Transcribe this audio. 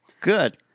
Good